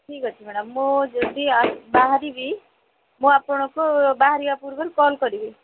ଠିକ ଅଛି ମ୍ୟାଡମ ମୁଁ ଯଦି ବାହାରିବି ମୁଁ ଆପଣଙ୍କୁ ବାହାରିବା ପୂର୍ବରୁ କଲ୍ କରିବି